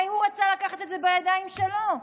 הרי הוא רצה לקחת את זה בידיים שלו,